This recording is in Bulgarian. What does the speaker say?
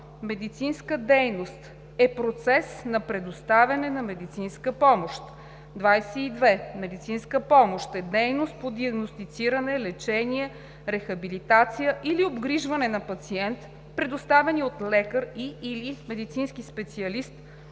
„Медицинска дейност“ е процес на предоставяне на медицинска помощ. 22. „Медицинска помощ“ е дейност по диагностициране, лечение, рехабилитация или обгрижване на пациент, предоставени от лекар и/или медицински специалист